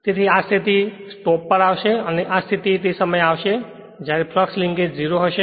તેથી આ સ્થિતિ ટોપ પર આવશે અને આ સ્થિતિ તે સમયે આવશે જ્યારે ફ્લક્સ લિન્કેજ 0 હશે